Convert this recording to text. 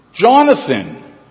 Jonathan